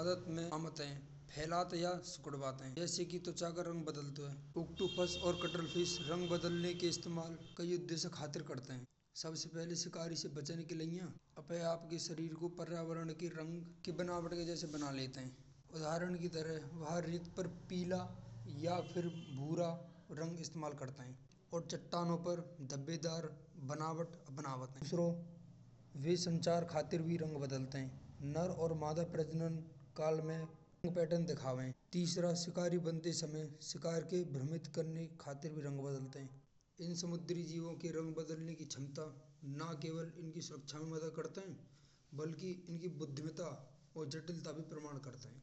मदद में होत हैं। फैलत या सिकुड़वात है। जैसे कि त्वचा का रंग बदलत है। ऑक्टोपस और कटलफिश रंग बदलने के इस्तेमाल कई उद्देश्य खातिर करते हैं। सबसे पहले शिकारी से बचाने के लिए आपके शरीर को पर्यावरण के रंग के बनावट के जैसे में बना लेते हैं। उदाहरण की तरह हर एक रेत पर पीला या फिर भूरा रंग इस्तेमाल करता है और चट्टानों पर दबेदार बनावट शुरू करते हैं। वे संचार खातिर भी रंग बदलते हैं नर और माधव प्रजनन काल में कई पैटर्न दिखाते हैं। तीसरा शिकारी बनते समय शिकार के भ्रमित खातिर रंग बदलते हैं। इन समुंद्री जीवों के रंग बदलने की क्षमता ना केवल इनकी सुरक्षा करते हैं। बल्कि इनकी बुद्धिमता और जटिलता भी प्रमाणित करते हैं।